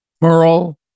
Merle